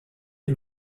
est